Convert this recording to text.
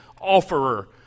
offerer